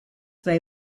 they